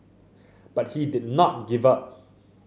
but he did not give up